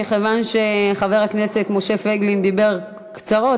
מכיוון שחבר הכנסת משה פייגלין דיבר קצרות,